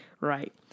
right